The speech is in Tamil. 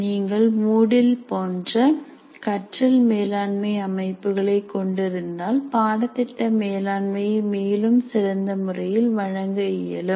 நீங்கள் மூடில் போன்ற கற்றல் மேலாண்மை அமைப்புகளை கொண்டிருந்தால் பாடத்திட்ட மேலாண்மையை மேலும் சிறந்த முறையில் வழங்க இயலும்